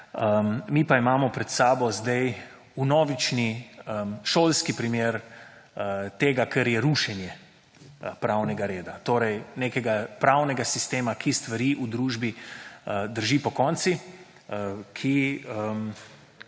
mi pa imamo pred sabo zdaj vnovični šolski primer tega kar je rušenje pravnega reda, torej nekega pravnega sistema, ki stvari v družbi drži po konci, ki